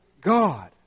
God